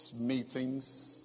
meetings